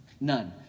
none